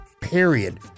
period